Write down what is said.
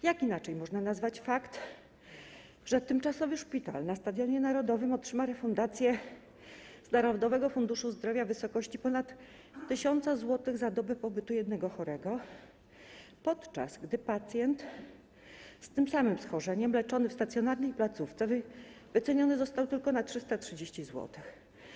Jak inaczej można nazwać to, że tymczasowy szpital na Stadionie Narodowym otrzyma refundację z Narodowego Funduszu Zdrowia w wysokości ponad 1000 zł za dobę pobytu jednego chorego, podczas gdy pacjent z tym samym schorzeniem leczony w stacjonarnej placówce wyceniony został tylko na 330 zł?